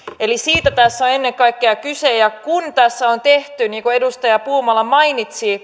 eli siitä tässä on ennen kaikkea kyse ja kun tässä on tehty niin kuin edustaja puumala mainitsi